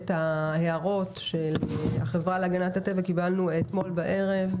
את ההערות של החברה להגנת הטבע קיבלנו אתמול בערב.